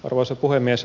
arvoisa puhemies